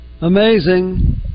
Amazing